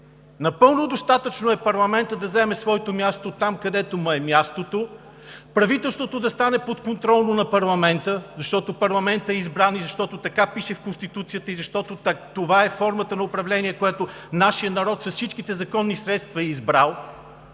Напълно достатъчно е парламентът да заеме своето място там, където му е мястото, правителството да стане подконтролно на парламента, защото парламентът е избран, защото така пише в Конституцията и защото това е формата на управление, която нашият народ, с всичките законни средства, е избрал.